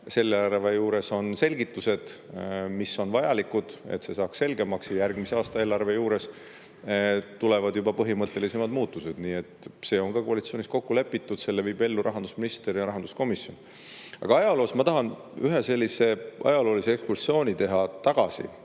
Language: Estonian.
eelarve juures on selgitused, mis on vajalikud, et see saaks selgemaks, ja järgmise aasta eelarve juures tulevad juba põhimõttelisemad muutused. Nii et see on ka koalitsioonis kokku lepitud, selle viib ellu rahandusminister ja rahanduskomisjon. Aga ajaloos … Ma tahan ühe sellise ajaloolise ekskursiooni teha tagasi.